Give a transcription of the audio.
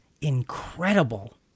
incredible